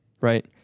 right